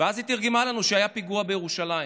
ואז היא תרגמה לנו שהיה פיגוע בירושלים.